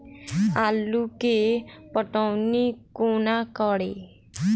आलु केँ पटौनी कोना कड़ी?